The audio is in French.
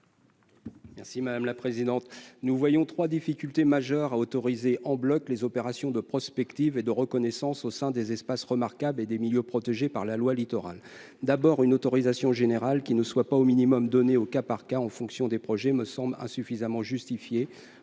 des affaires économiques ? Nous voyons trois difficultés majeures à autoriser, en bloc, les opérations de prospective et de reconnaissance au sein des espaces remarquables et des milieux protégés par la loi Littoral. D'abord, une autorisation générale, et non au cas par cas en fonction des projets, me semble insuffisamment justifiée